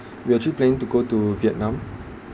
we actually planning to go to vietnam